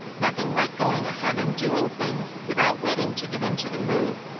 nothing like going ahead and doing things, without waiting to get into the mood.